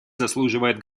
заслуживают